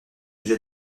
jette